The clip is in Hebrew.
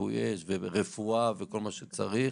כיבוי אש ורפואה וכל מה שצריך.